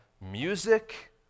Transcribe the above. music